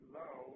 low